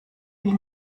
wie